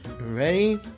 Ready